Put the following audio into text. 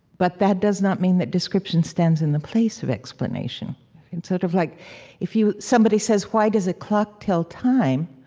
but that does not mean that description stands in the place of explanation and sort of like if somebody says why does a clock tell time,